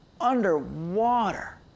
underwater